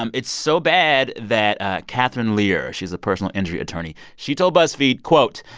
um it's so bad that catherine lerer she's a personal injury attorney she told buzzfeed, quote,